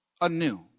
anew